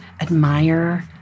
admire